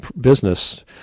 business